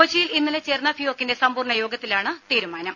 കൊച്ചിയിൽ ഇന്നലെ ചേർന്ന ഫിയോക്കിന്റെ സമ്പൂർണ്ണ യോഗത്തിലാണ് തീരുമാനം